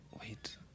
Wait